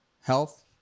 health